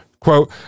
quote